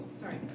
sorry